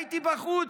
הייתי בחוץ,